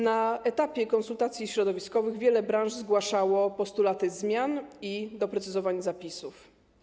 Na etapie konsultacji środowiskowych wiele branż zgłaszało postulaty dotyczące zmian i doprecyzowania zapisów.